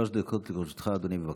אדוני, בבקשה.